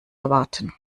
erwarten